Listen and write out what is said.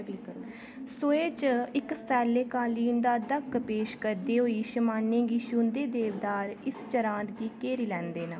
सोहे च इक सैल्ले कालीन दा दक्ख पेश करदे होई शमानै गी छूंह्दे देवदार इस चरांद गी घेरी लैंदे न